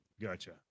Gotcha